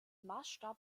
maßstab